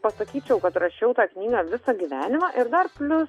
pasakyčiau kad rašiau tą knygą visą gyvenimą ir dar plius